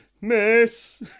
Miss